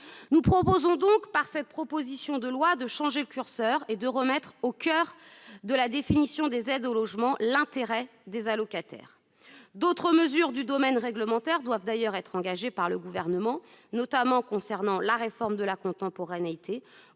Nous proposons donc par le biais du présent texte de changer le curseur et de remettre au coeur de la définition des aides au logement l'intérêt des allocataires. D'autres mesures du domaine réglementaire doivent d'ailleurs être engagées par le Gouvernement, notamment concernant la réforme de la contemporanéité